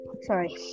sorry